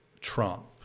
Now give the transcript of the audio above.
Trump